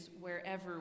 wherever